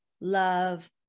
love